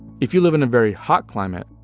if you live in a very hot climate,